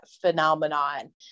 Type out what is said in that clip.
phenomenon